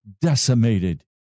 decimated